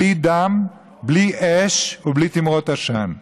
בלי דם, בלי אש ובלי תמרות עשן.